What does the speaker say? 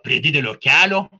prie didelio kelio